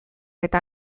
eta